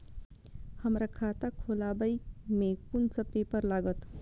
हमरा खाता खोलाबई में कुन सब पेपर लागत?